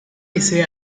ese